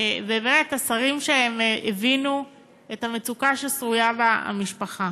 ולשרים שהבינו את המצוקה ששרויה בה המשפחה.